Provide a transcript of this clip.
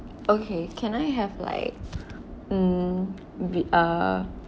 okay can I have like mm with a